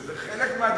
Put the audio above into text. שזה חלק מהדמוקרטיה,